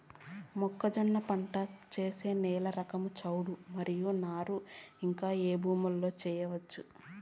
మొక్కజొన్న పంట వేసే నేల రకం చౌడు మరియు నారు ఇంకా ఏ భూముల్లో చేయొచ్చు?